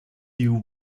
you